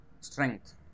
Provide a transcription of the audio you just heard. strength